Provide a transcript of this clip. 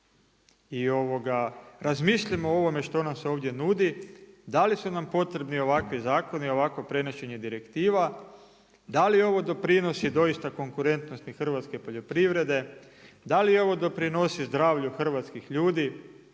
i drugu i razmislimo o ovome što nam se ovdje nudi, da li su nam potrebni ovakvi zakoni, ovakvo prenošenje direktiva, da li ovo doprinosi doista konkurentnosti hrvatske poljoprivrede, da li ovo doprinosi zdravlju hrvatskih ljudi,